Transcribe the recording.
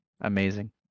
amazing